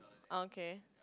okay